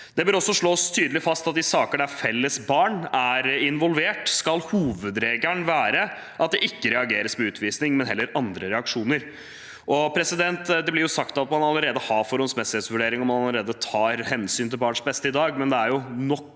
Det bør også slås tydelig fast at i saker der felles barn er involvert, skal hovedregelen være at det ikke reageres med utvisning, men heller med andre reaksjoner. Det blir sagt at man allerede har forholdsmessighetsvurderinger, og at man allerede tar hensyn til barnets beste i dag, men det er nok